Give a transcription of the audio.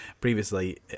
previously